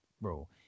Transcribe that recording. bro